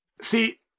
see